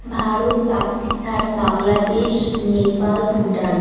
Bharat Pakistan Bangladesh Nepal Bhutan